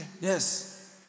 yes